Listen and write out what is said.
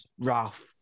rough